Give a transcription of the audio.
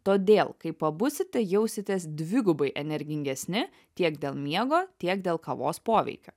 todėl kai pabusite jausitės dvigubai energingesni tiek dėl miego tiek dėl kavos poveikio